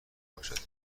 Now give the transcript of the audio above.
باشد